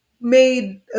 made